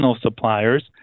suppliers